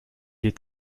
est